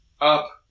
up